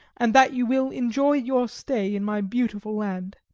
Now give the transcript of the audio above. and that you will enjoy your stay in my beautiful land.